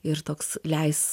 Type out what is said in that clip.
ir toks leis